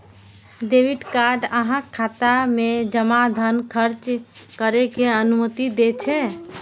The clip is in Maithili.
डेबिट कार्ड अहांक खाता मे जमा धन खर्च करै के अनुमति दै छै